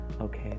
okay